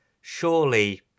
Surely